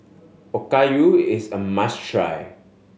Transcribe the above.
okayu is a must try